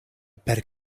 per